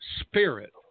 spirit